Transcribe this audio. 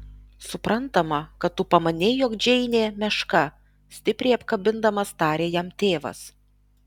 suprantama kad tu pamanei jog džeinė meška stipriai apkabindamas tarė jam tėvas